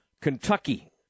Kentucky